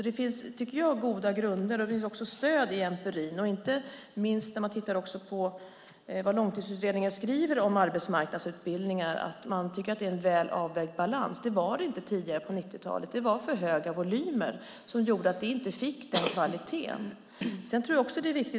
Det finns goda grunder och också stöd i empirin, och inte minst i det som Långtidsutredningen skriver om arbetsmarknadsutbildningar, för att det är en väl avvägd balans. Det var det inte på 90-talet. Det var för höga volymer som gjorde att de inte fick den kvaliteten.